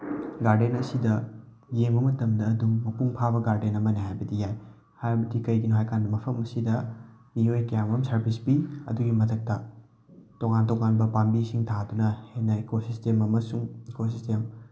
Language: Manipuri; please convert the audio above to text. ꯒꯥꯔꯗꯦꯟ ꯑꯁꯤꯗ ꯌꯦꯡꯉꯨ ꯃꯇꯝꯗ ꯑꯗꯨꯝ ꯃꯄꯨꯡ ꯐꯥꯕ ꯒꯥꯔꯗꯦꯟ ꯑꯃꯅꯤ ꯍꯥꯏꯕꯗꯤ ꯌꯥꯏ ꯍꯥꯏꯕꯗꯤ ꯀꯔꯤꯒꯤꯅꯣ ꯍꯥꯏ ꯀꯥꯟꯗ ꯃꯐꯝ ꯑꯁꯤꯗ ꯃꯤꯑꯣꯏ ꯀꯌꯥ ꯃꯔꯨꯝ ꯁꯥꯔꯕꯤꯁ ꯄꯤ ꯑꯗꯨꯒꯤ ꯃꯊꯛꯇ ꯇꯣꯉꯥꯟ ꯇꯣꯉꯥꯟꯕ ꯄꯥꯝꯕꯤꯁꯤꯡ ꯊꯥꯗꯨꯅ ꯍꯦꯟꯅ ꯏꯀꯣ ꯁꯤꯁꯇꯦꯝ ꯑꯃꯁꯨꯡ ꯏꯀꯣ ꯁꯤꯁꯇꯦꯝ